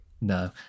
No